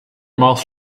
mouth